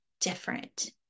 different